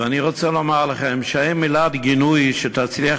ואני רוצה לומר לכם שאין מילת גינוי שתצליח